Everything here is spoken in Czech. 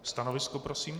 Stanovisko prosím?